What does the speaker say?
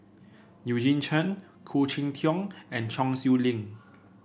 Eugene Chen Khoo Cheng Tiong and Chong Siew Ying